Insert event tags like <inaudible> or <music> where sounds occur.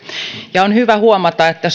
ja on hyvä huomata että <unintelligible>